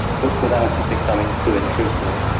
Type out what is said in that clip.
but without it becoming too intrusive.